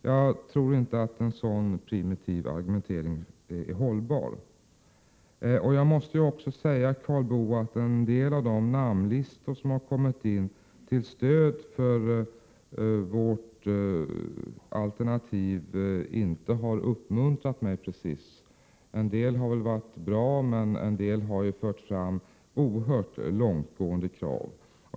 Jag tror inte att en så primitiv argumentering är hållbar. Jag måste också säga, Karl Boo, att en del av de namnlistor som har kommit in till stöd för vårt alternativ inte precis har uppmuntrat mig. En del har väl varit bra, medan andra har fört fram oerhört långtgående krav.